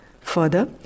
Further